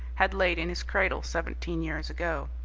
had laid in his cradle seventeen years ago.